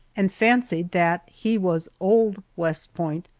and fancied that he was old west point,